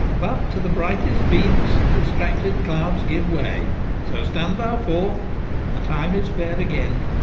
but to the brightest beams distracted clouds give way so stand thou forth the time is fair again.